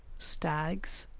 stags,